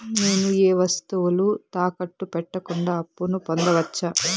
నేను ఏ వస్తువులు తాకట్టు పెట్టకుండా అప్పును పొందవచ్చా?